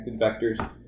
vectors